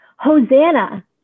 Hosanna